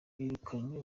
birukanywe